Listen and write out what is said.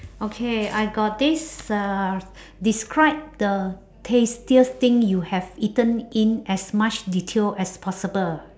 okay I got this uh describe the tastiest thing you have eaten in as much detail as possible